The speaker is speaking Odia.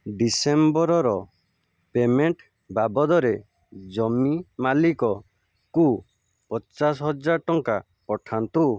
ଡିସେମ୍ବରର ପେମେଣ୍ଟ ବାବଦରେ ଜମି ମାଲିକକୁ ପଚାଶ ହଜାର ଟଙ୍କା ପଠାନ୍ତୁ